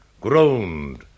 groaned